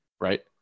Right